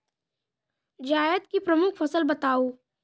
जायद की प्रमुख फसल बताओ